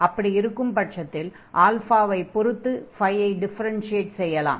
அப்படி இருக்கும் பட்சத்தில் ஆல்ஃபாவை " பொருத்து ஐ டிஃபெரென்ஷியேட் செய்யலாம்